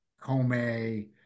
Comey